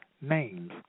Names